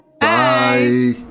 Bye